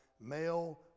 male